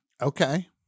Okay